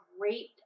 great